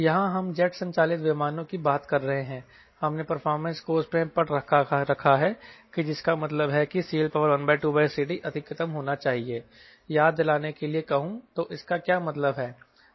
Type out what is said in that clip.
यहां हम जेट संचालित विमानों की बात कर रहे हैं हमने परफॉर्मेंस कोर्स में पढ़ रखा है जिसका मतलब है कि CL12CDअधिकतम होना चाहिए याद दिलाने के लिए कहूं तो इसका क्या मतलब है